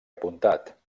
apuntat